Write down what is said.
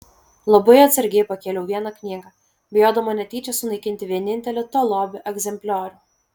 labai atsargiai pakėliau vieną knygą bijodama netyčia sunaikinti vienintelį to lobio egzempliorių